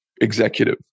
executive